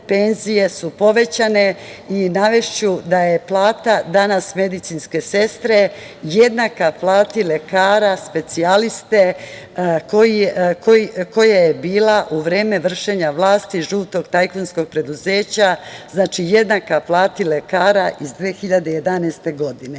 penzije su povećane. Navešću da je plata danas medicinske sestre jednaka plati lekara specijaliste koja je bila u vreme vršenja vlasti žutog tajkunskog preduzeća, znači jednaka plati lekara iz 2011. godine. Kada